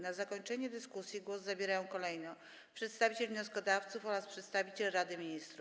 Na zakończenie dyskusji głos zabierają kolejno przedstawiciel wnioskodawców oraz przedstawiciel Rady Ministrów.